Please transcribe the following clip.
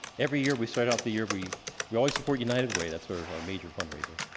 every year we started out the year, we we always support united way that's sort of our major fundraiser,